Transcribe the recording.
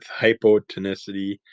hypotonicity